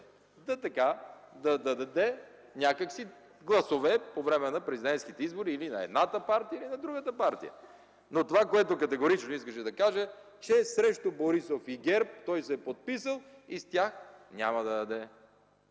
ГЕРБ). Да даде някак си гласове по време на президентските избори или на едната, или на другата партия! Но това, което категорично искаше да каже – че срещу Борисов и ГЕРБ той се е подписал и за тях няма да даде.